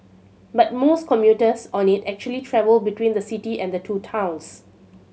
but most commuters on it actually travel between the city and the two towns